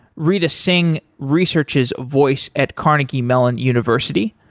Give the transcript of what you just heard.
rita singh researches voice at carnegie mellon university.